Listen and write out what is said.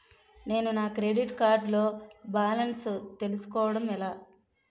నేను నా credit card లో బాలన్స్ తెలుసుకోవడం ఎలా?